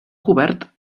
cobert